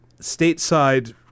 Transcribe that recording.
stateside